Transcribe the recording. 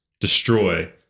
destroy